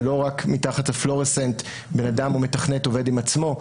זה לא רק מתחת לפלורסנט בן אדם או מתכנת עובד עם עצמו,